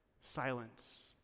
Silence